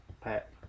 Pat